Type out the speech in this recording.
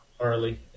Harley